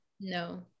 no